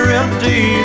empty